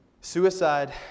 Suicide